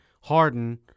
Harden